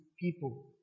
people